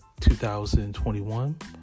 2021